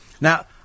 Now